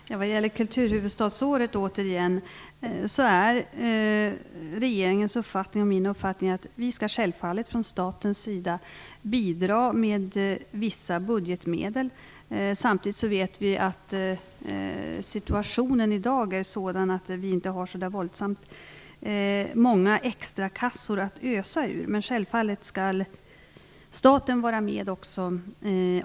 Fru talman! Vad gäller kulturhuvudstadsåret är regeringens och min uppfattning att vi från statens sida självfallet skall bidra med vissa budgetmedel. Samtidigt vet vi att situationen i dag är sådan att vi inte har så våldsamt många extrakassor att ösa ur. Men självfallet skall också staten vara med att bidra.